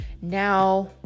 now